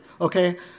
okay